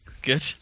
good